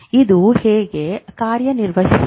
ಇದು ಹೀಗೆ ಕಾರ್ಯನಿರ್ವಹಿಸುತ್ತದೆ